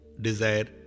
desire